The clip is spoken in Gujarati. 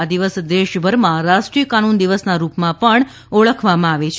આ દિવસ દેશભરમાં રાષ્ટ્રીય કાનૂન દિવસના રૂપમાં પણ ઓળખવામાં આવે છે